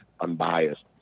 unbiased